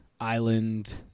island